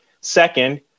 Second